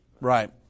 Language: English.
Right